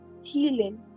healing